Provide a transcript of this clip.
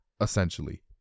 essentially